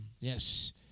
Yes